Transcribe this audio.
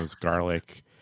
garlic